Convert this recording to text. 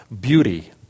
beauty